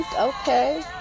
okay